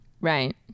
Right